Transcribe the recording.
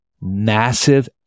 massive